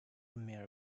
mary